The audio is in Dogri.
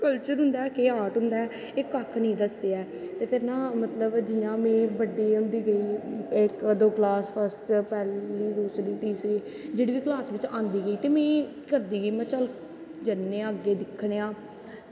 केह् कल्चर होंदा ऐ केह् आर्ट होंदा ऐ एह् कक्ख नी दसदे हे फिर नां में जियां बड्डी होंदी गेई क्लास फस्ट च पैह्ली दूसरी तीसरी जेह्ड़ी बी क्लास बिच्च आंदी गेई ते में करदी गेई महां चल जन्नें आं अग्गैं दिक्खनें आं